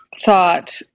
Thought